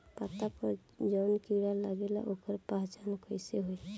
पत्ता पर जौन कीड़ा लागेला ओकर पहचान कैसे होई?